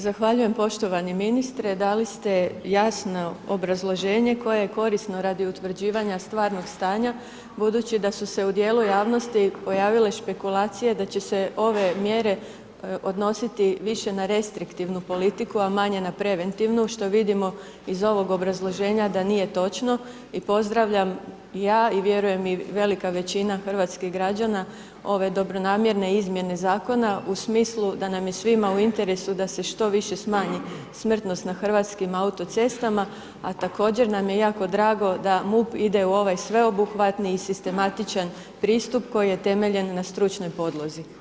Zahvaljujem poštovani ministre, dali ste jasno obrazloženje koje je korisno radi utvrđivanja stvarnog stanja, budući da su se u dijelu javnosti pojavile špekulacije da će se ove mjere odnositi više na restriktivnu politiku, a manje na preventivu što vidimo iz ovog obrazloženja da nije točno i pozdravlja ja i vjerujem i velika većina hrvatskih građana ove dobronamjerne izmjene zakona u smislu da nam je svima u interesu da se što više smanji smrtnost na hrvatskim autocestama, a također nam je jako drago da MUP ide u ovaj sveobuhvatni i sistematičan pristup koji je temeljen na stručnoj podlozi.